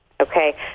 Okay